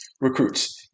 recruits